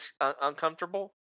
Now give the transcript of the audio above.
uncomfortable